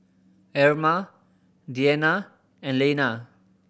Erma Deana and Lena